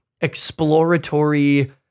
exploratory